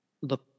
Look